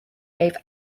gave